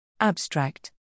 Abstract